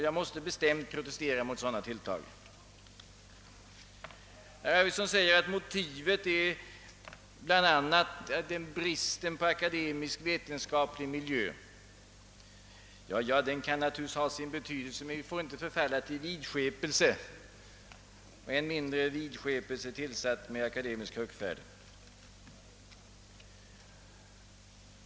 Jag måste bestämt protestera mot sådana tilltag. Herr Arvidson säger att motivet är bl.a. bristen på akademisk-vetenskaplig miljö. Den har naturligtvis sin betydelse, men vi får inte förfalla till vidskepelse, än mindre vidskepelse med tillsats av en aning akademisk högfärd.